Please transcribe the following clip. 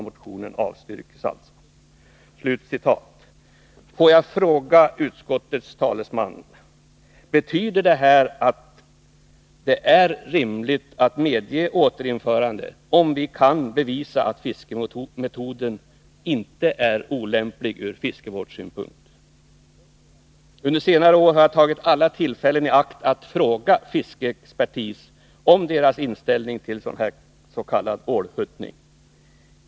Motionen avstyrks således.” Får jag fråga utskottets talesman: Betyder detta att det är rimligt att medge återinförande om vi kan bevisa att fiskemetoden inte är olämplig från fiskevårdssynpunkt? Under senare år har jag tagit alla tillfällen i akt att fråga fiskeexpertis om deras inställning till s.k. ålhuttning.